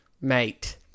mate